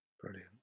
Brilliant